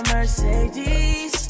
Mercedes